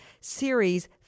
series